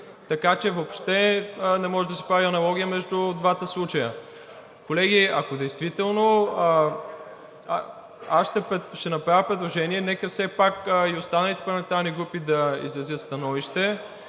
така че въобще не може да се прави аналогия между двата случая. Колеги, аз ще направя предложение, нека все пак и останалите парламентарни групи да изразят становище: